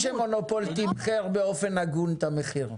אנחנו יודעים שמונופול תמחר באופן הגון את המחיר?